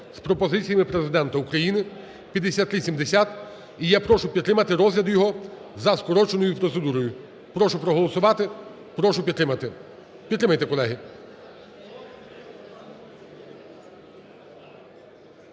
з пропозиціями Президента України (5370). І я прошу підтримати розгляд його за скороченою процедурою. Прошу проголосувати, прошу підтримати. Підтримайте, колеги.